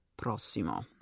prossimo